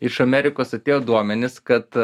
iš amerikos atėjo duomenys kad